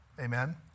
Amen